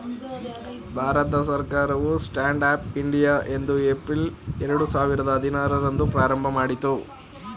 ಭಾರತ ಸರ್ಕಾರವು stand up India ಐದು April ಎರಡು ಸಾವಿರದ ಹದಿನಾರು ರಂದು ಪ್ರಾರಂಭಮಾಡಿತು